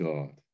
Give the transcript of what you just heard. God